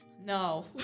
No